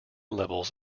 levels